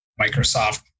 Microsoft